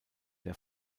der